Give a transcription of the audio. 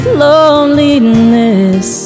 loneliness